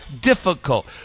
difficult